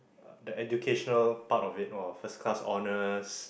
the educational part of it of first class honours